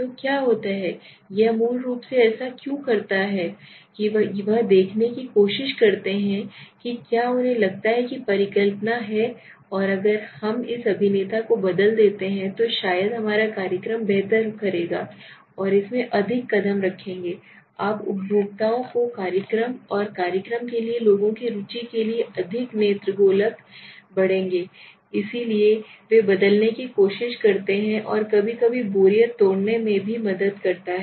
तो क्या होता है यह मूल रूप से ऐसा क्यों करता है कि वे यह देखने की कोशिश करते हैं कि क्या उन्हें लगता है कि परिकल्पना है कि अगर हम इस अभिनेता को बदल देते हैं तो शायद हमारा कार्यक्रम बेहतर करेगा और वे इसमें अधिक कदम रखेंगे आप उपभोक्ताओं को कार्यक्रम और कार्यक्रम के लिए लोगों की रुचि के लिए अधिक नेत्रगोलक बढ़ेंगे और इसीलिए वे बदलने की कोशिश करते हैं और कभी कभी बोरियत तोड़ने में भी मदद करता है